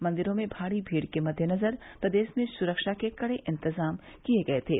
मंदिरों में भारी भीड़ के मद्देनजर प्रदेश में सुरक्षा के कड़े इन्तजाम किये थे